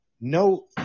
No